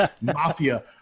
Mafia